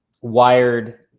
wired